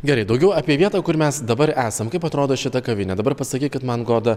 gerai daugiau apie vietą kur mes dabar esam kaip atrodo šita kavinė dabar pasakykit man goda